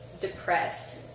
depressed